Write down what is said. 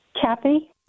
kathy